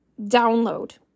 download